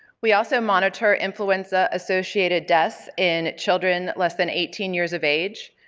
we also monitor influenza associated deaths in children less than eighteen years of age.